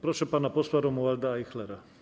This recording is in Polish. Proszę pana posła Romualda Ajchlera.